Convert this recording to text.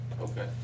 Okay